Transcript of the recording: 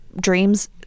Dreams